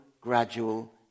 gradual